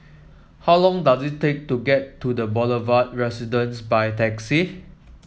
how long does it take to get to The Boulevard Residence by taxi